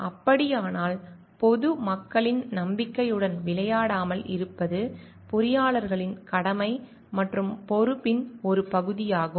அப்படியானால் பொது மக்களின் நம்பிக்கையுடன் விளையாடாமல் இருப்பது பொறியாளர்களின் கடமை மற்றும் பொறுப்பின் ஒரு பகுதியாகும்